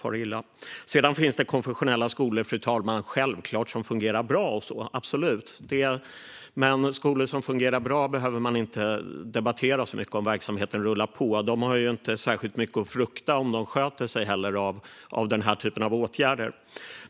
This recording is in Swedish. Fru talman! Självklart finns det konfessionella skolor som fungerar bra - absolut. Men skolor som fungerar bra och där verksamheten rullar på behöver man inte debattera så mycket. Om de sköter sig har de inte heller särskilt mycket att frukta i fråga om den här typen av åtgärder.